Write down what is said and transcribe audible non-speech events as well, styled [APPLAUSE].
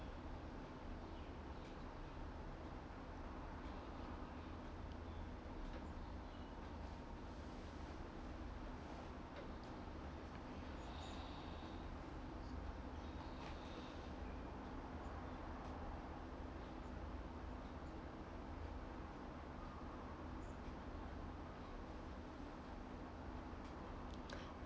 [BREATH]